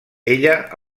ella